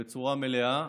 בצורה מלאה,